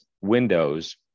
windows